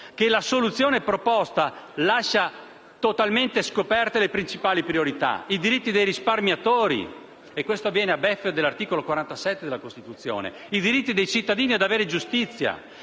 che la soluzione proposta lascia totalmente scoperte le principali priorità, i diritti dei risparmiatori - ciò a beffa dell'articolo 47 della Costituzione - e i diritti dei cittadini di avere giustizia